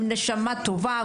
הם נשמה טובה,